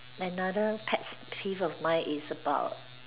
another pet peeve of mine is about